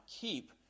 keep